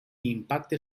impacte